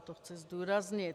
To chci zdůraznit.